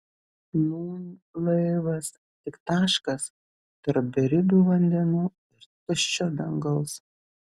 nūn laivas tik taškas tarp beribių vandenų ir tuščio dangaus